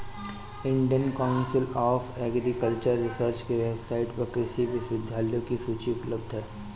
Indian council of agricultural research के website पर कृषि विश्वविद्यालयों की सूची उपलब्ध है